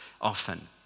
often